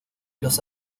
los